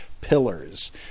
pillars